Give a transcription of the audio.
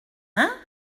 hein